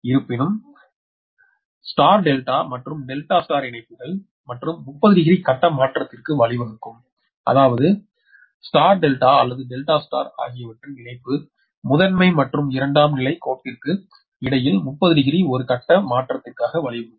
இருப்பினும் நட்சத்திர டெல்டா மற்றும் டெல்டா நட்சத்திர இணைப்புகள் மற்றும் 30 டிகிரி கட்ட மாற்றத்திற்கு வழிவகுக்கும் அதாவது நட்சத்திர டெல்டா அல்லது டெல்டா நட்சத்திரம் அவற்றின் இணைப்பு முதன்மை மற்றும் இரண்டாம் நிலை கோட்டிற்கு இடையில் 30 டிகிரி ஒரு கட்ட மாற்றத்திற்கு வழிவகுக்கும்